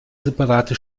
separate